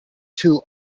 two